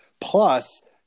Plus